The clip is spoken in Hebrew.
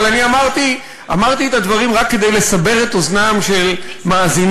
אבל אני אמרתי את הדברים רק כדי לסבר את אוזנם של מאזינינו,